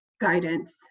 guidance